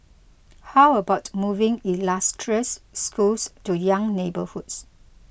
how about moving illustrious schools to young neighbourhoods